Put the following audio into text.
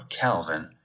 Calvin